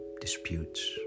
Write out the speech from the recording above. disputes